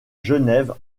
genève